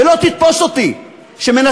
ולא תתפוס מנסה,